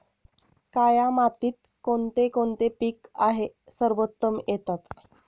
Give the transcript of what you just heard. काया मातीत कोणते कोणते पीक आहे सर्वोत्तम येतात?